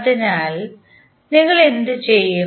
അതിനാൽ നിങ്ങൾ എന്തു ചെയ്യും